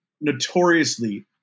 notoriously